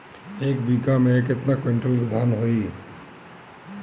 एक बीगहा में केतना कुंटल धान होई?